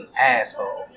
asshole